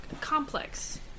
complex